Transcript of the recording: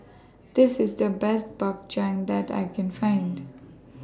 This IS The Best Bak Chang that I Can Find